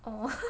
orh